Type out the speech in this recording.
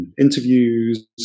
interviews